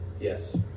Yes